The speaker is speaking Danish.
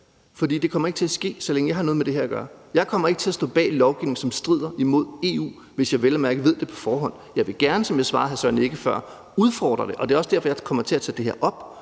det kommer ikke til at ske, så længe jeg har noget med det her at gøre. Jeg kommer ikke til at stå bag lovgivning, som strider imod EU, hvis jeg vel at mærke ved det på forhånd. Jeg vil gerne, som jeg også svarede til hr.